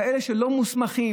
כאלה שלא מוסמכים,